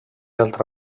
altra